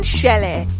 Shelley